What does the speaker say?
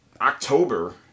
October